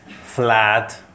Flat